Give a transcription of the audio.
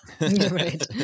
right